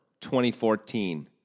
2014